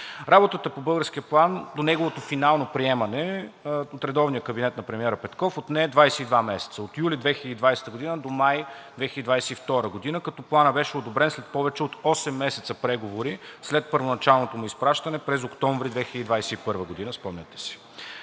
Работата по българския план до неговото финално приемане от редовния кабинет на премиера Петков отне 22 месеца – от юли 2020 г. до май 2022 г., като Планът беше одобрен след повече от осем месеца преговори след първоначалното му изпращане през октомври 2021 г., спомняте си.